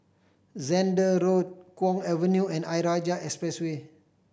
Zehnder Road Kwong Avenue and Ayer Rajah Expressway